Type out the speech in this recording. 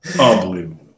Unbelievable